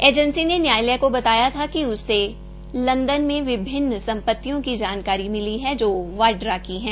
agency ने न्यायालय को बताया कि उसे लंदन में विभिन्न संपतियों की जानकारी मिली है जो वाड्रा की है